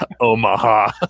Omaha